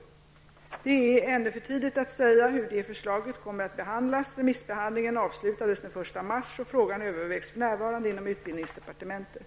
Det är ännu för tidigt att säga hur det förslaget kommer att behandlas. Remissbehandlingen avslutades den 1 mars. Frågan övervägs för närvarande inom utbildningsdepartementet.